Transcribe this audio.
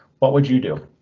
what would you do?